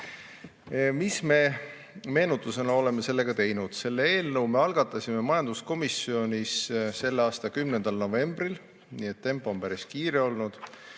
mida me oleme sellega teinud? Selle eelnõu me algatasime majanduskomisjonis selle aasta 10. novembril. Tempo on päris kiire olnud.